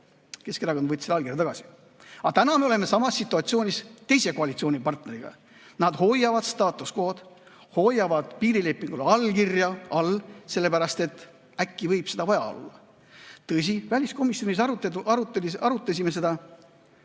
Keskerakond võttis selle allkirja tagasi. Aga täna me oleme samas situatsioonis teise koalitsioonipartneriga. Nad hoiavadstatus quo'd, hoiavad piirilepingul allkirja all, sellepärast et äkki võib seda vaja olla. Tõsi, väliskomisjonis me arutasime seda